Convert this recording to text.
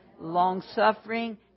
longsuffering